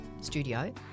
studio